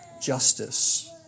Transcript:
justice